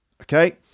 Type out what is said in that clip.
Okay